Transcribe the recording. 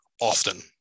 often